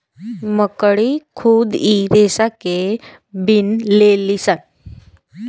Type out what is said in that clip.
मकड़ी खुद इ रेसा के बिन लेलीसन